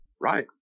Right